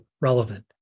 relevant